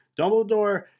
Dumbledore